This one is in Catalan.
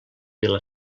vila